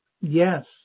yes